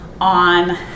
on